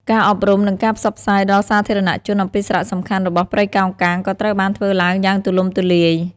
ការអប់រំ និងការផ្សព្វផ្សាយដល់សាធារណជនអំពីសារៈសំខាន់របស់ព្រៃកោងកាងក៏ត្រូវបានធ្វើឡើងយ៉ាងទូលំទូលាយ។